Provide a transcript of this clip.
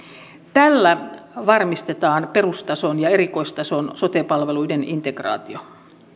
tällä varmistetaan perustason ja erikoistason sote palveluiden integraatio